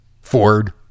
Ford